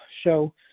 show